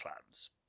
clans